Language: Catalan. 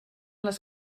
les